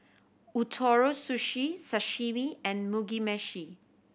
Ootoro Sushi Sashimi and Mugi Meshi